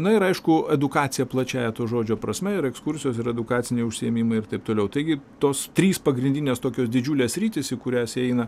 na ir aišku edukacija plačiąja to žodžio prasme ir ekskursijos ir edukaciniai užsiėmimai ir taip toliau taigi tos trys pagrindinės tokios didžiulės sritys į kurias įeina